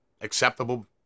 acceptable